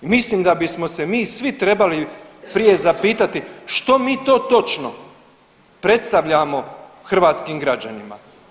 Mislim da bismo se mi svi trebali prije zapitati što mi to točno predstavljamo hrvatskim građanima.